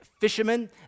fishermen